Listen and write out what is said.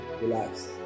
Relax